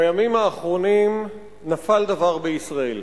בימים האחרונים נפל דבר בישראל,